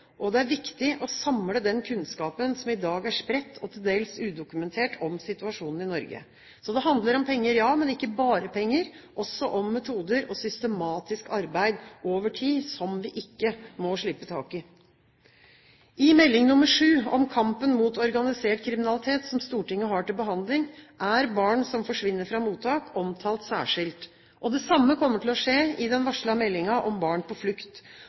og det er viktig å samle den kunnskapen som i dag er spredt og til dels udokumentert, om situasjonen i Norge. Så det handler om penger, ja, men ikke bare om penger, også om metoder og systematisk arbeid over tid som vi ikke må slippe tak i. I Meld. St. 7 om kampen mot organisert kriminalitet, som Stortinget har til behandling, er barn som forsvinner fra mottak, omtalt særskilt. Det samme kommer til å skje i den varslede meldingen om barn på flukt.